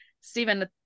Stephen